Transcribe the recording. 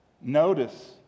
Notice